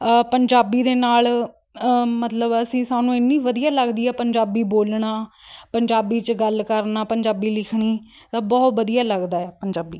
ਪੰਜਾਬੀ ਦੇ ਨਾਲ ਮਤਲਬ ਅਸੀਂ ਸਾਨੂੰ ਐਨੀ ਵਧੀਆ ਲੱਗਦੀ ਹੈ ਪੰਜਾਬੀ ਬੋਲਣਾ ਪੰਜਾਬੀ 'ਚ ਗੱਲ ਕਰਨਾ ਪੰਜਾਬੀ ਲਿਖਣੀ ਬਹੁਤ ਵਧੀਆ ਲੱਗਦਾ ਆ ਪੰਜਾਬੀ